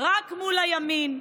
רק מול הימין.